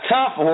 Tough